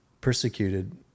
persecuted